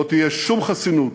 לא תהיה שום חסינות